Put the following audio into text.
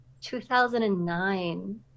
2009